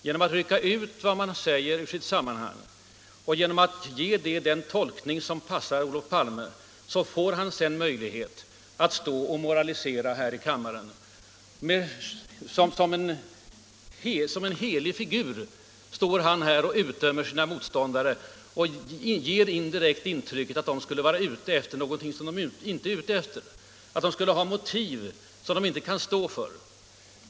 Genom att rycka ut vad man sagt ur sitt sammanhang och genom att ge det den tolkning som passar Olof Palme får han sedan möjlighet att stå och moralisera här i kammaren. Som något slags helgon står han sedan och utdömer sina motståndare och söker skapa ett intryck av att de skulle vara ute efter något som de inte är ute efter, att de skulle ha motiv som de inte kan stå för.